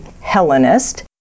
Hellenist